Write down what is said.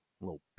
Little